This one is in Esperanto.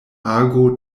ago